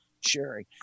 sharing